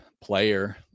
player